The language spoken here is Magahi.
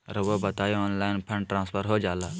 रहुआ बताइए ऑनलाइन फंड ट्रांसफर हो जाला?